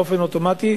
באופן אוטומטי,